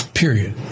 Period